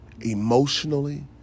emotionally